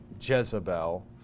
Jezebel